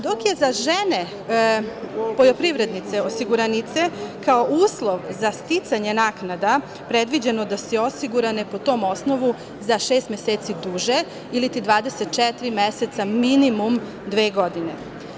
Dok je za žene poljoprivrednice osiguranice, kao uslov za sticanje naknada predviđeno da su osigurane po tom osnovu za šest meseci duže ili 24 meseca, minimum dve godine.